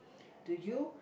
do you